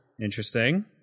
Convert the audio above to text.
Interesting